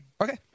Okay